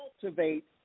cultivate